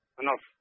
enough